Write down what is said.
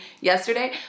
yesterday